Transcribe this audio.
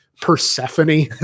Persephone